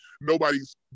nobody's